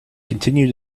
continue